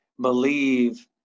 believe